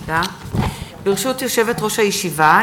ברשות יושבת-ראש הישיבה,